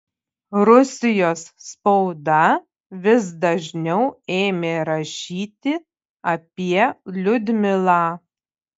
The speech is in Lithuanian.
rusijos spauda vis dažniau ėmė rašyti apie liudmilą